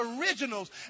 originals